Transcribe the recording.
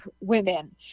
women